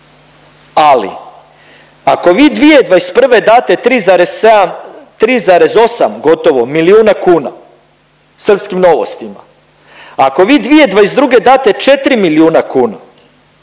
Ali ako vi 2021. date 3,7, 3,8 gotovo milijuna kuna srpskim Novostima, ako vi 2022. date 4 milijuna kuna,